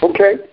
Okay